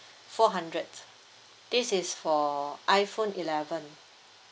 four hundred this is for iphone eleven